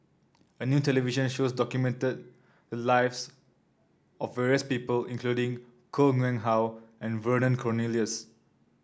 a new television show documented the lives of various people including Koh Nguang How and Vernon Cornelius